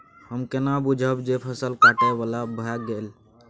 हम केना बुझब जे फसल काटय बला भ गेल?